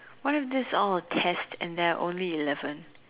why with this is all a test and there are only eleven